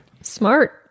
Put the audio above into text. Smart